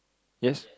yes